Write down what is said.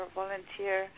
volunteer